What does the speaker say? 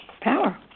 power